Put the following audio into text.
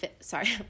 sorry